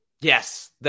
Yes